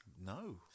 No